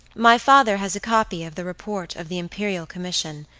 my father has a copy of the report of the imperial commission,